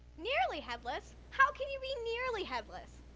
nearly headless, how can you be nearly headless?